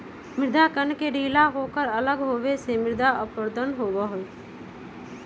मृदा कण के ढीला होकर अलग होवे से मृदा अपरदन होबा हई